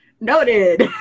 Noted